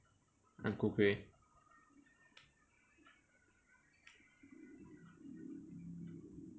ang ku kueh